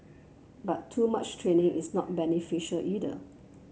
but too much training is not beneficial either